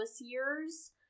years